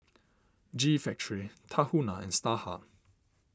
G Factory Tahuna and Starhub